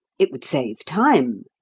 it would save time.